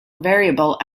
variable